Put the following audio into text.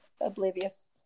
oblivious